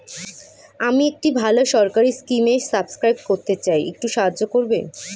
আমি একটি ভালো সরকারি স্কিমে সাব্সক্রাইব করতে চাই, একটু সাহায্য করবেন?